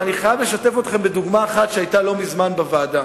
אבל אני חייב לשתף אתכם בדוגמה אחת שהיתה לא מזמן בוועדה